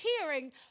hearing